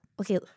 Okay